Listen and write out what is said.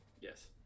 Yes